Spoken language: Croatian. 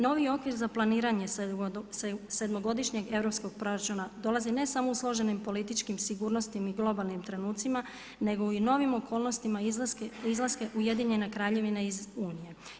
Novi okvir za planiranje sedmogodišnjeg europskog proračuna dolazi ne samo u složenim političkim sigurnosti i u globalnim trenutcima, nego i u novim okolnostima Ujedinjene Kraljevine iz Unije.